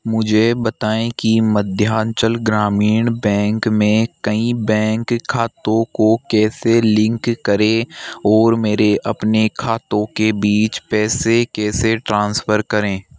मुझे बताएँ कि मध्यांचल ग्रामीण बैंक में कई बैंक खातों को कैसे लिंक करें और मेरे अपने खातों के बीच पैसे कैसे ट्रांसफ़र करें